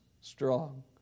strong